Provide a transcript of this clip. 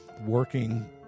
working